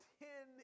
ten